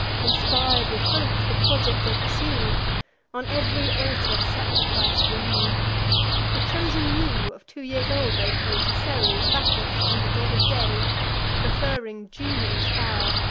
inspir'd with hope, the project they pursue on ev'ry altar sacrifice renew a chosen ewe of two years old they pay to ceres, bacchus, and the god of day preferring juno's pow'r,